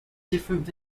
different